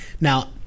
Now